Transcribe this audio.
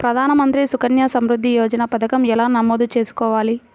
ప్రధాన మంత్రి సుకన్య సంవృద్ధి యోజన పథకం ఎలా నమోదు చేసుకోవాలీ?